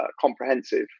comprehensive